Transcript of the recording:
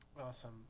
Awesome